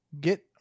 Get